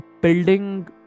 building